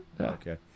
Okay